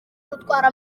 rutwara